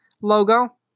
logo